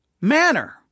manner